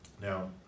Now